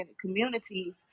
communities